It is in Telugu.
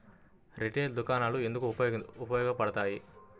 రిటైల్ దుకాణాలు ఎందుకు ఉపయోగ పడతాయి?